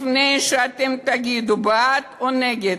לפני שאתם תגידו בעד או נגד,